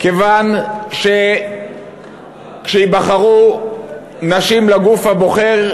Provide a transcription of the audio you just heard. כיוון שכשייבחרו נשים לגוף הבוחר,